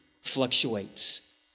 fluctuates